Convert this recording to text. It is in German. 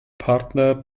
partner